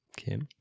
Okay